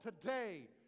today